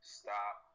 stop